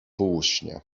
półśnie